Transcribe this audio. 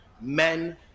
men